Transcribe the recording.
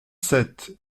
sept